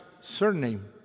surname